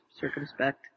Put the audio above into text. circumspect